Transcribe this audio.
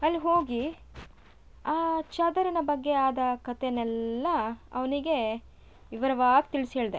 ಅಲ್ಲಿ ಹೋಗಿ ಆ ಚಾದರಿನ ಬಗ್ಗೆ ಆದ ಕತೆನೆಲ್ಲ ಅವನಿಗೆ ವಿವರವಾಗೆ ತಿಳ್ಸಿ ಹೇಳ್ದೆ